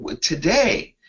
today –